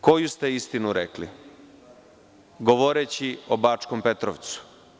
Koju ste istinu rekli, govoreći o Bačkom Petrovcu?